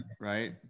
right